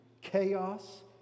chaos